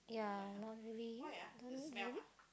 yeah not really don't really